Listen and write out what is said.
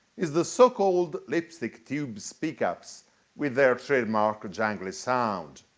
is the so-called lipstick tubes pickups with their trademark jangly sound.